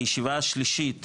הישיבה השלישית